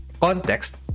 context